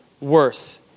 worth